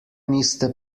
niste